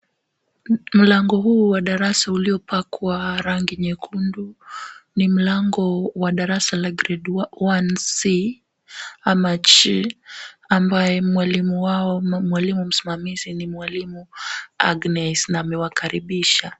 Mlango huu wa darasa uliopakwa rangi nyekundu ni mlango wa darasa la grade 1C ama chi ambayo mwalimu wao au mwalimu msimamizi ni mwalimu Agnes na amewakaribisha.